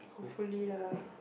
hopefully lah